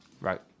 Right